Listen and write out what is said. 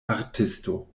artisto